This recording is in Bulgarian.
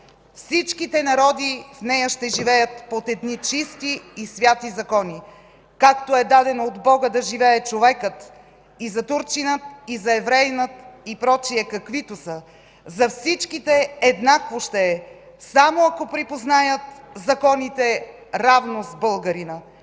„Всичките народи в нея ще живеят под едни чисти и святи закони, както е дадено от Бога да живее човекът – и за турчина, и за евреина, и прочие каквито са, за всичките еднакво ще е, само ако припознаят законите равно с българина.